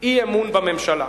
אי-אמון בממשלה.